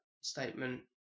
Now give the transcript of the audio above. statement